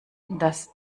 das